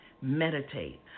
Meditate